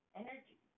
energy